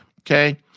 Okay